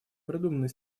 продуманной